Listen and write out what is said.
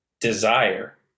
desire